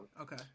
Okay